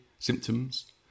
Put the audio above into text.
symptoms